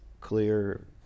clear